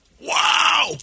Wow